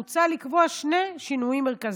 מוצע לקבוע שני שינויים מרכזיים: